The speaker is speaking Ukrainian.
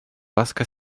ласка